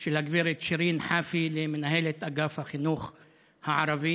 של הגב' שירין חאפי למנהלת אגף החינוך הערבי,